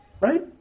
right